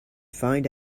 find